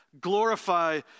Glorify